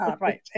Right